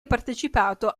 partecipato